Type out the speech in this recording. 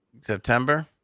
September